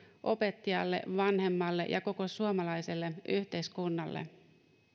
opettajalle ja vanhemmalle sekä koko suomalaiselle yhteiskunnalle